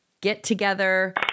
get-together